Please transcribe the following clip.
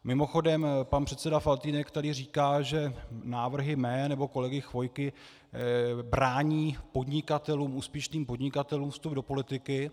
Mimochodem, pan předseda Faltýnek tady říká, že návrhy mé nebo kolegy Chvojky brání podnikatelům, úspěšným podnikatelům, ve vstup do politiky.